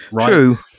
True